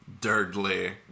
dirtly